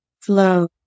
flow